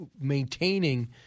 maintaining